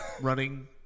running